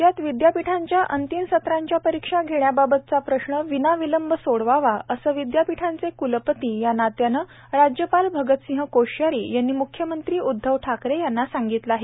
राज्यात विद्यापीठांच्या अंतिम सत्रांच्या परीक्षा घेण्याबाबतचा प्रश्न विनाविलंब सोडवावा असं विद्यापीठांचे क्लपती या नात्यानं राज्यपाल भगतसिंह कोश्यारी यांनी म्ख्यमंत्री उद्धव ठाकरे यांना सांगितलं आहे